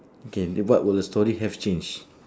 okay then what will the story have change